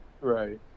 Right